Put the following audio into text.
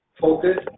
focused